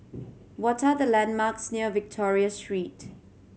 what are the landmarks near Victoria Street